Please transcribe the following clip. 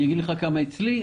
אגיד לך כמה אצלי,